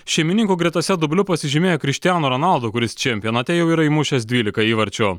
šeimininkų gretose dubliu pasižymėjo krištiano ronaldo kuris čempionate jau yra įmušęs dvylika įvarčių